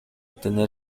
tener